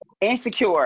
insecure